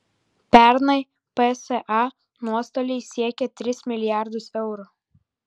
pernai psa nuostoliai siekė tris milijardus eurų